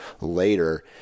later